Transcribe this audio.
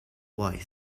white